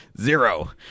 zero